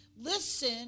Listen